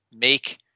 make